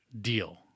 deal